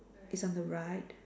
it's on the right